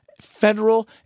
federal